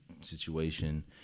situation